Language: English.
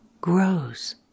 grows